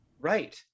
Right